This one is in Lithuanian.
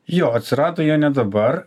jo atsirado jie ne dabar